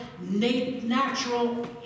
natural